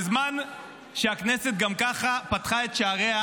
בזמן שהכנסת גם ככה פתחה את שעריה,